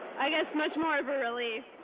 i guess much more of a relief.